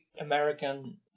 American